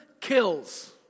kills